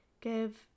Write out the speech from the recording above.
give